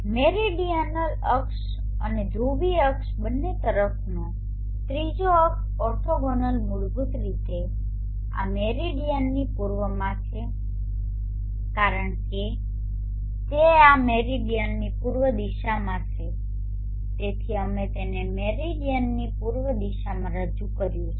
meridional અક્ષો અને ધ્રુવીય અક્ષ બંને તરફનો ત્રીજો અક્ષ ઓર્થોગોનલ મૂળભૂત રીતે આ મેરિડીયનની પૂર્વમાં છે અને કારણ કે તે આ મેરિડીયનની પૂર્વ દિશામાં છે તેથી અમે તેને મેરિડીયનની પૂર્વ દિશામાં રજૂ કર્યું છે